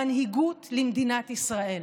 מנהיגות למדינת ישראל.